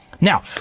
Now